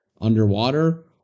underwater